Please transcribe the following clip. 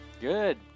Good